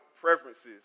preferences